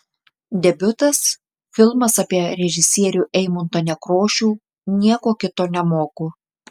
debiutas filmas apie režisierių eimuntą nekrošių nieko kito nemoku